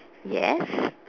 yes